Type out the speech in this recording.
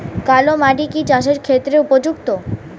কালো মাটি কি চাষের ক্ষেত্রে উপযুক্ত?